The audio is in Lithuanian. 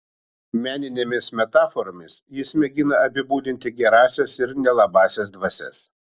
meninėmis metaforomis jis mėgina apibūdinti gerąsias ir nelabąsias dvasias